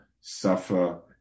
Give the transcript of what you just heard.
suffer